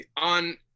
on